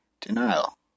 Denial